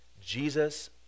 Jesus